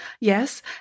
yes